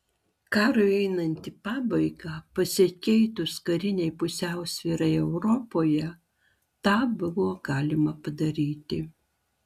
karui einant į pabaigą pasikeitus karinei pusiausvyrai europoje tą buvo galima padaryti